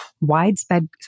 widespread